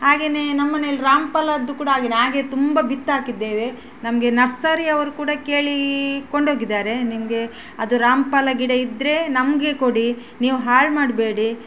ಹಾಗೆಯೇ ನಮ್ಮನೇಲಿ ರಾಮ ಫಲದ್ದು ಕೂಡ ಹಾಗೆಯೇ ಹಾಗೆ ತುಂಬ ಬಿತ್ತು ಹಾಕಿದ್ದೇವೆ ನಮಗೆ ನರ್ಸರಿ ಅವ್ರು ಕೂಡ ಕೇಳಿ ಕೊಂಡೋಗಿದ್ದಾರೆ ನಿಮಗೆ ಅದು ರಾಮ ಫಲ ಗಿಡ ಇದ್ದರೆ ನಮಗೆ ಕೊಡಿ ನೀವು ಹಾಳು ಮಾಡಬೇಡಿ